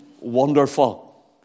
wonderful